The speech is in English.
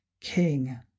king